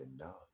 enough